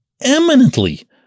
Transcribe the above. eminently